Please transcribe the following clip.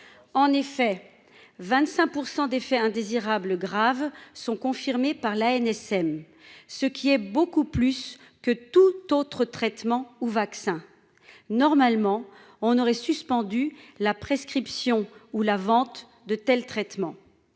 en effet 25 % d'effets indésirables graves sont confirmés par l'ANSM. Ce qui est beaucoup plus que tout autre traitement ou vaccin normalement on aurait suspendu la prescription ou la vente de tels traitements